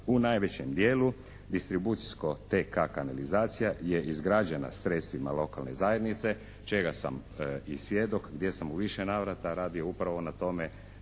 U najvećem djelu distribucijsko TK-a kanalizacija je izgrađena sredstvima lokalne zajednice čega sam i svjedok gdje sam u više navrata radio upravo na tome